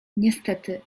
niestety